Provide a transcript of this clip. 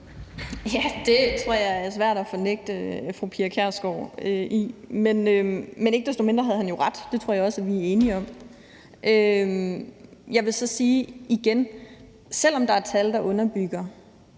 Ja, det tror jeg er svært at fornægte Pia Kjærsgaard. Men ikke desto mindre havde han jo ret. Det tror jeg også at vi er enige om. Jeg vil så sige igen, at selv om der er tal, der underbygger,